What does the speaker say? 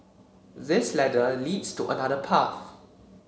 this ladder leads to another path